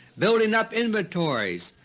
building up inventories,